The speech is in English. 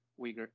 Uyghur